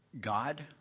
God